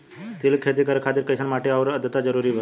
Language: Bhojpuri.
तिल के खेती करे खातिर कइसन माटी आउर आद्रता जरूरी बा?